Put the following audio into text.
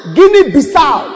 Guinea-Bissau